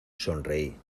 sonreí